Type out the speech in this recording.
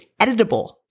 editable